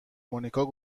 مونیکا